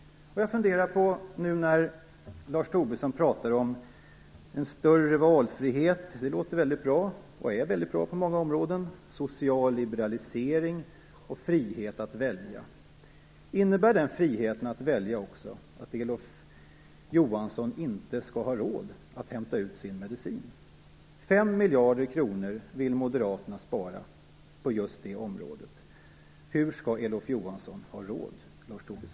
Lars Tobisson pratar om större valfrihet. Det låter väldigt bra, och är väldigt bra på många områden. Han pratar om social liberalisering och om frihet att välja. Innebär den friheten att välja också att Elof Johansson inte skall ha råd att hämta ut sin medicin? Fem miljarder kronor vill Moderaterna spara på just det området. Hur skall Elof Johansson ha råd, Lars